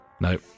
No